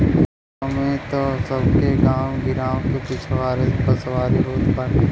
गांव में तअ सबके गांव गिरांव के पिछवारे बसवारी होत बाटे